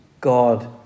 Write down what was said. God